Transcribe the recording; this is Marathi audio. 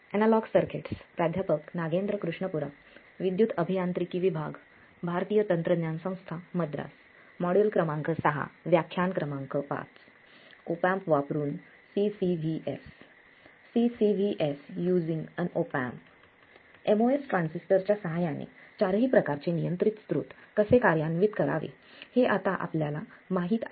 एमओएस ट्रान्झिस्टर च्या सहाय्याने चारही प्रकारचे नियंत्रित स्त्रोत कसे कार्यान्वित करावे हे आपल्याला आता माहित आहे